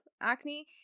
acne